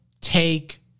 take